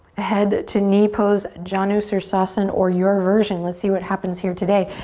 head to knee pose, janusirsansan or your version, let's see what happens here today.